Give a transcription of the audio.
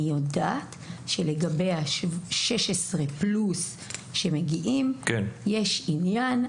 אני יודעת שלגבי 16 פלוס שמגיעים יש עניין.